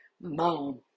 Mom